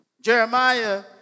Jeremiah